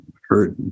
hurt